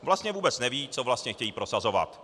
Vlastně vůbec nevědí, co vlastně chtějí prosazovat.